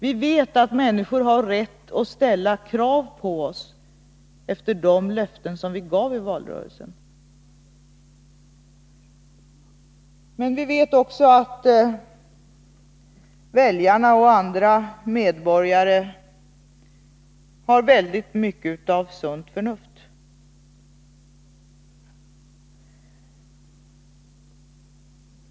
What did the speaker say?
Vi vet att människor har rätt att ställa krav på oss efter de löften som vi gav i valrörelsen. Men vi vet också att väljarna och andra medborgare har mycket sunt förnuft.